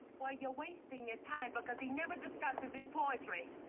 like you're wasting your time because he never discusses his poetry.